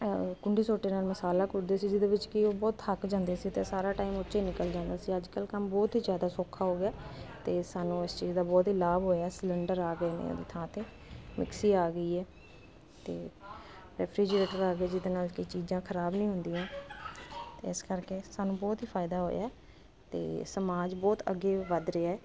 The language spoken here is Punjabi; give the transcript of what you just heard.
ਕੁੰਡੀ ਸੋਟੇ ਨਾਲ ਮਸਾਲਾ ਕੁੱਟਦੇ ਸੀ ਕੀ ਉਹ ਬਹੁਤ ਥੱਕ ਜਾਂਦੇ ਸੀ ਤੇ ਸਾਰਾ ਟਾਈਮ ਉਹਚੇ ਹੀ ਨਿਕਲ ਜਾਂਦਾ ਸੀ ਅੱਜਕੱਲ ਕੰਮ ਬਹੁਤ ਹੀ ਜਿਆਦਾ ਸੌਖਾ ਹੋ ਗਿਆ ਤੇ ਸਾਨੂੰ ਇਸ ਚੀਜ਼ ਦਾ ਬਹੁਤ ਹੀ ਲਾਭ ਹੋਇਆ ਸਿਲਿੰਡਰ ਆ ਗਏ ਨੇ ਉਹਦੀ ਥਾਂ ਤੇ ਮਿਕਸੀ ਆ ਗਈ ਹ ਤੇ ਰੈਫਰੀਜੀਰੇਟਰ ਆ ਗਏ ਨੇ ਜਿਹਦੇ ਨਾਲ ਕੀ ਚੀਜ਼ਾਂ ਖਰਾਬ ਨਹੀਂ ਹੁੰਦੀਆਂ ਤੇ ਇਸ ਕਰਕੇ ਸਾਨੂੰ ਫਾਇਦਾ ਹੋਇਆ ਤੇ ਸਮਾਜ ਬਹੁਤ ਅੱਗੇ ਵੀ ਵੱਧ ਰਿਹਾ